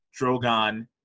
Drogon